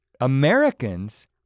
Americans